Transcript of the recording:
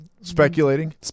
Speculating